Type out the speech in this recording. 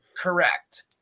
Correct